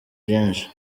byinshi